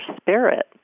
spirit